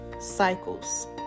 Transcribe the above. cycles